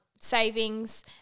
savings